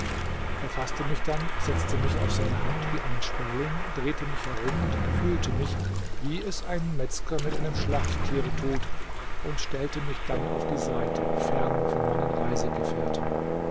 faßte mich dann setzte mich auf seine hand wie einen sperling drehte mich herum und befühlte mich wie es ein metzger mit einem schlachttiere tut und stellte mich dann auf die seite fern von meinen